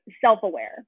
self-aware